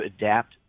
adapt